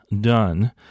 done